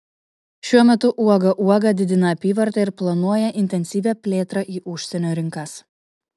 šiuo metu uoga uoga didina apyvartą ir planuoja intensyvią plėtrą į užsienio rinkas